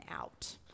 out